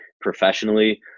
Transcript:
professionally